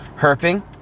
herping